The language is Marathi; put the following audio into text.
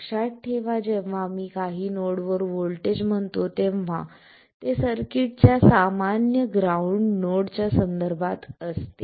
लक्षात ठेवा जेव्हा मी काही नोडवर व्होल्टेज म्हणतो तेव्हा ते सर्किटच्या सामान्य ग्राउंड नोड च्या संदर्भात असते